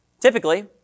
Typically